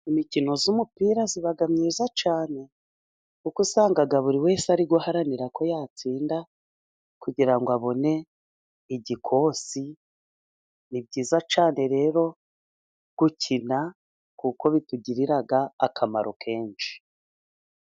Imikino y'umupira iba myiza cyane, kuko usanga buri wese ari guharanira ko yatsinda, kugira ngo abone igikosi. Ni byiza cyane rero gukina, kuko bitugirira akamaro kenshi.